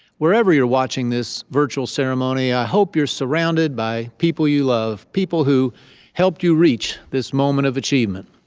wherever you're watching this virtual ceremony, i hope you're surrounded by people you love, people who helped you reach this moment of achievement.